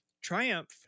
Triumph